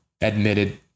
admitted